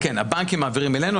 הבנקים מעבירים בינינו,